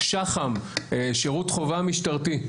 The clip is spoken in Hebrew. שח"מ - שירות חובה משטרתי,